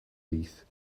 teeth